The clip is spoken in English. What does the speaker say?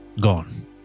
gone